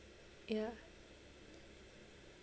ya